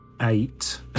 Eight